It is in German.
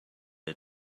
der